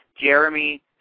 Jeremy